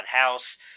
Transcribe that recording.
House